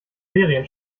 serien